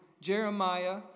Jeremiah